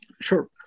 Sure